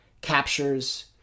captures